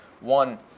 one